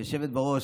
היושבת-ראש,